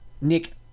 Nick